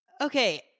okay